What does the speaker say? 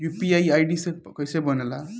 UPI ID कैसे बनेला?